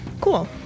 cool